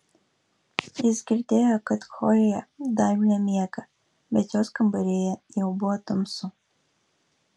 jis girdėjo kad chlojė dar nemiega bet jos kambaryje jau buvo tamsu